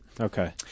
Okay